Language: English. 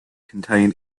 contain